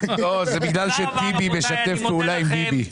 לא, זה בגלל שטיבי משתף פעולה עם ביבי.